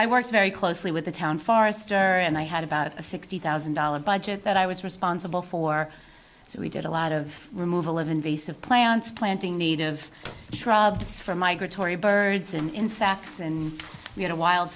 i work very closely with the town forester and i had about sixty thousand dollars budget that i was responsible for so we did a lot of removal of invasive plants planting need of tribes for migratory birds and insects and we had a wild